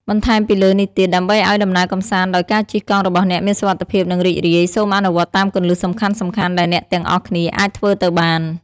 បន្ថែមពីលើនេះទៀត ដើម្បីឱ្យដំណើរកម្សាន្តដោយការជិះកង់របស់អ្នកមានសុវត្ថិភាព និងរីករាយ សូមអនុវត្តតាមគន្លឹះសំខាន់ៗដែលអ្នកទាំងអស់គ្នាអាចធ្វើទៅបាន។